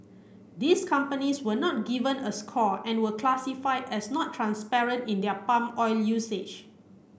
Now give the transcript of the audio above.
these companies were not given a score and were classified as not transparent in their palm oil usage